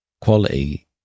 quality